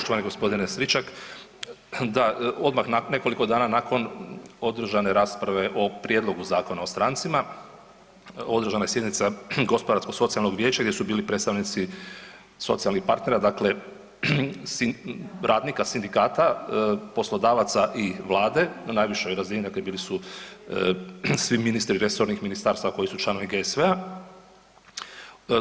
Poštovani gospodine Stričak, da odmah nekoliko dana održane rasprave o Prijedlogu zakona o strancima održana je sjednica Gospodarsko-socijalnog vijeća gdje su bili predstavnici socijalnih partnera dakle radnika, sindikata, poslodavaca i Vlade na najvišoj razini, dakle bili su svi ministri resornih ministarstava koji su članovi GSV-a.